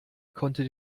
konnte